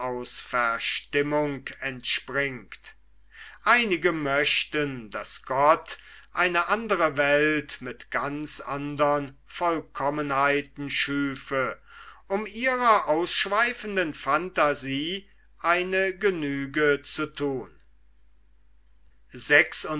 verstimmung entspringt einige möchten daß gott eine andre welt mit ganz andern vollkommenheiten schüfe um ihrer ausschweifenden phantasie eine genüge zu thun